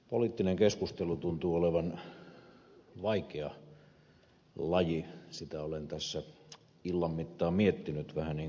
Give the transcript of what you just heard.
poliittinen keskustelu tuntuu olevan vaikea laji sitä olen tässä illan mittaan miettinyt vähän niin kuin ed